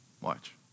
Watch